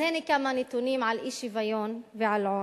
אז הנה כמה נתונים על אי-שוויון ועל עוני.